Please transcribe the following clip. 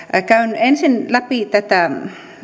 käyn ensin läpi tätä